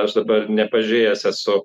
aš dabar nepažėjęs esu